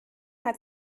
hat